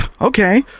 okay